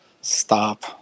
stop